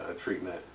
treatment